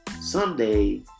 someday